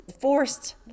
forced